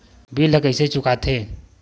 bill ला कइसे चुका थे